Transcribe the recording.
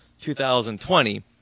2020